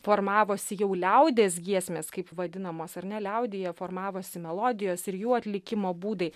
formavosi jau liaudies giesmės kaip vadinamos ar ne liaudyje formavosi melodijos ir jų atlikimo būdai